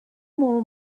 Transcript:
more